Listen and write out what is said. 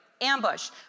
Ambush